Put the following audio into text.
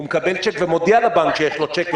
הוא מקבל צ'ק ומודיע לבנק שיש לו צ'ק,